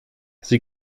sie